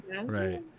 Right